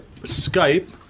Skype